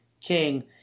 King